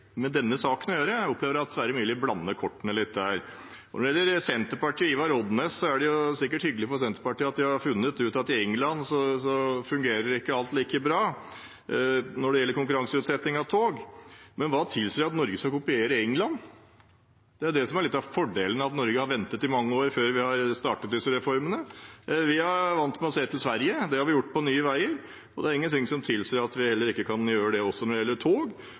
med denne saken å gjøre. Jeg opplever at Sverre Myrli blander kortene litt der. Når det gjelder Senterpartiet og Ivar Odnes, er det sikkert hyggelig for Senterpartiet at de har funnet ut at i England fungerer ikke alt like bra når det gjelder konkurranseutsetting av tog, men hva tilsier at Norge skal kopiere England? Det er det som er litt av fordelen ved at Norge har ventet i mange år før en har startet med disse reformene. Vi er vant til å se til Sverige – det har vi gjort med hensyn til Nye Veier, og det er ingenting som tilsier at vi ikke kan gjøre det også når det gjelder tog.